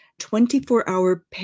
24-hour